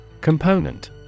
Component